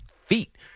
feet